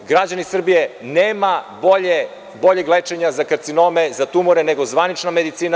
Građani Srbije, nema boljeg lečenja za karcinome, za tumore nego zvanična medicina.